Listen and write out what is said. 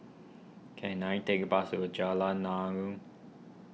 can I take a bus to Jalan Naung